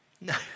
No